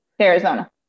Arizona